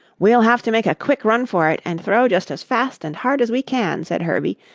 we'll have to make a quick run for it and throw just as fast and hard as we can, said herbie,